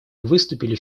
выступили